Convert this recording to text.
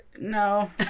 No